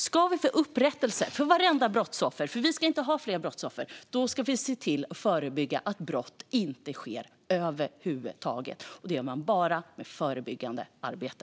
Om vi ska få upprättelse för vartenda brottsoffer måste vi förebygga att brott inte sker över huvud taget, för vi ska inte ha fler brottsoffer. Detta gör man bara med förebyggande arbete.